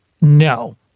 no